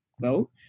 vote